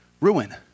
Ruin